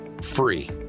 free